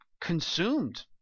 consumed